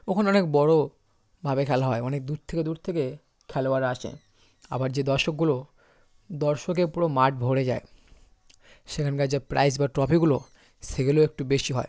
ওখানে অনেক বড়োভাবে খেলা হয় অনেক দূর থেকে দূর থেকে খেলোয়াড়রা আসে আবার যে দর্শকগুলো দর্শকে পুরো মাঠ ভরে যায় সেখানকার যা প্রাইস বা ট্রফিগুলো সেগুলোও একটু বেশি হয়